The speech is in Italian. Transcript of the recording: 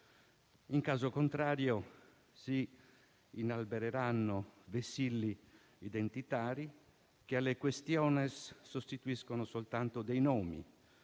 In caso contrario si inalbereranno vessilli identitari che alle *quaestiones* sostituiscono soltanto dei nomi.